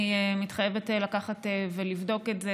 אני מתחייבת לקחת ולבדוק את זה,